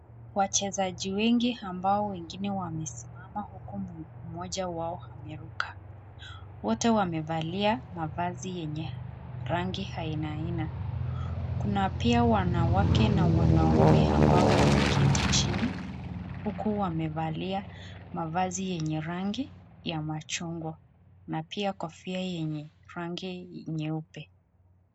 Wachezaji wengine ambao wengine wamesimama huku mmoja wao ameruka, wote wamevalia mavazi yenye rangi aina aina, kuna pia wanawake na wanaume ambao wameketi chini, huku wamevalia mavazi yenye rangi ya machungwa na pia kofia yenye rangi nyeupe.